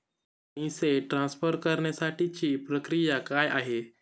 पैसे ट्रान्सफर करण्यासाठीची प्रक्रिया काय आहे?